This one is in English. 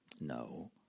No